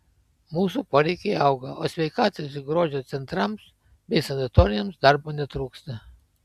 mūsų poreikiai auga o sveikatos ir grožio centrams bei sanatorijoms darbo netrūksta